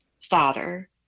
father